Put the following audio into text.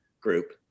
group